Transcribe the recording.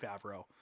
favreau